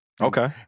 Okay